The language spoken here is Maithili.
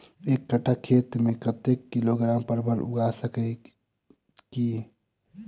एक कट्ठा खेत मे कत्ते किलोग्राम परवल उगा सकय की??